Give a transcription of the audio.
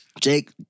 Jake